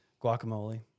Guacamole